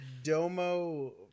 domo